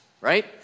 Right